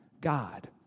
God